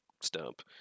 stump